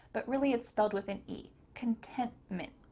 but really it's spelled with an e. contentment.